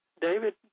David